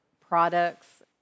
products